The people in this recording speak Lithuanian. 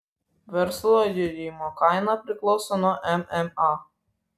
verslo liudijimo kaina priklauso nuo mma